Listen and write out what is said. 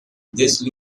this